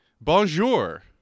Bonjour